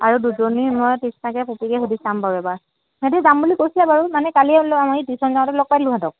আৰু দুজনী মই তৃষ্ণাকে পপীকে সুধি চাম বাৰু এবাৰ সিহঁতি যাম বুলি কৈছিলে বাৰু মানে কালিয়ে আমি টিউশ্যন যাওঁতে লগ পালোঁ ইহঁতক